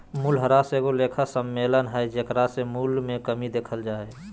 मूल्यह्रास एगो लेखा सम्मेलन हइ जेकरा से मूल्य मे कमी देखल जा हइ